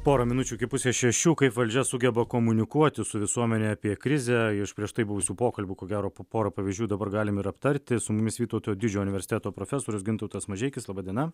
porą minučių iki pusės šešių kaip valdžia sugeba komunikuoti su visuomene apie krizę iš prieš tai buvusių pokalbių ko gero po porą pavyzdžių dabar galim ir aptarti su mumis vytauto didžiojo universiteto profesorius gintautas mažeikis laba diena